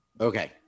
Okay